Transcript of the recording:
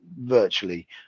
virtually